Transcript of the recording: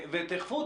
ותאכפו.